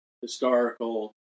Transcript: historical